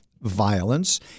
Violence